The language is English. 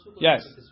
Yes